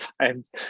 times